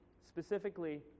specifically